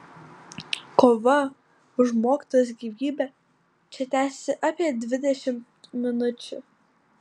kova už mokytojos gyvybę čia tęsėsi apie dvidešimt minučių